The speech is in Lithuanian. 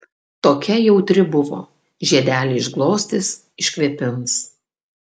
tokia jautri buvo žiedelį išglostys iškvėpins